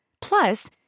Plus